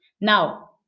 Now